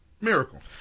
Miracle